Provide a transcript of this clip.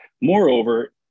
Moreover